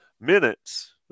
minutes